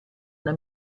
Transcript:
una